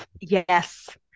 yes